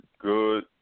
Good